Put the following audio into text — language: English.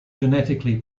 genetically